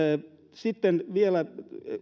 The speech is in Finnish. sitten vielä